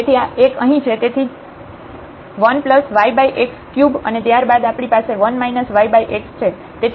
તેથી છે 1yx3અને ત્યાર બાદ આપણી પાસે 1 yx છે